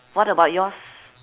what about yours